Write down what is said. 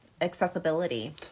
accessibility